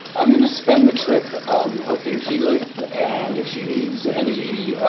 i'm going to spend the trip um helping keyleth and if she needs any